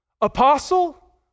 apostle